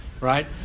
right